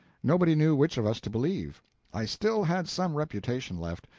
nobody knew which of us to believe i still had some reputation left.